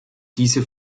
diese